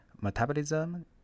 metabolism